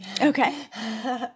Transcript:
Okay